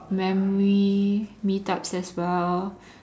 memory meetups as well